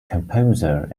composer